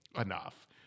enough